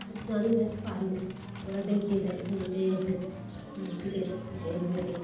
ও জানি না পারি না তো ওরা দেখিয়ে দেয় যে এইটা এইভাবে টিপে এইটা এইভাবে দেখতে